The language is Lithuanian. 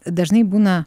dažnai būna